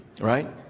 right